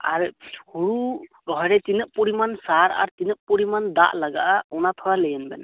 ᱟᱨ ᱦᱳᱲᱳ ᱨᱚᱦᱚᱭ ᱨᱮ ᱛᱤᱱᱟᱹᱜ ᱯᱚᱨᱤᱢᱟᱱ ᱥᱟᱨ ᱟᱨ ᱛᱤᱱᱟᱹᱜ ᱯᱚᱨᱤᱢᱟᱱ ᱫᱟᱜ ᱞᱟᱜᱟᱜᱼᱟ ᱚᱱᱟ ᱛᱷᱚᱲᱟ ᱞᱟᱹᱭ ᱟᱹᱧ ᱵᱮᱱ